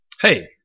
Hey